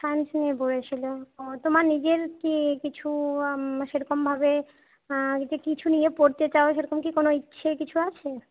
science নিয়ে পড়েছিলে ও তোমার নিজের কি কিছু সেরকমভাবে যে কিছু নিয়ে পড়তে চাও সেরকম কি কোন ইচ্ছে কিছু আছে